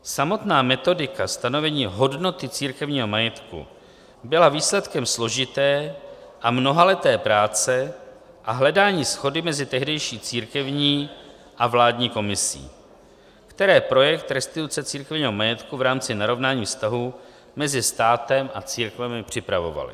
Samotná metodika stanovení hodnoty církevního majetku byla výsledkem složité a mnohaleté práce a hledání shody mezi tehdejší církevní a vládní komisí, které projekt restituce církevního majetku v rámci narovnání vztahů mezi státem a církvemi připravovaly.